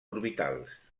orbitals